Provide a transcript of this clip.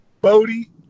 Bodie